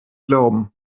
glauben